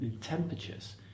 temperatures